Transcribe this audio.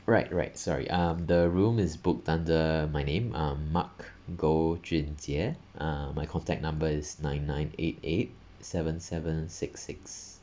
right right sorry um the room is booked under my name um mark goh jun jie uh my contact number is nine nine eight eight seven seven six six